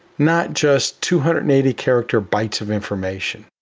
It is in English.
not just two hundred and eighty character bytes of information?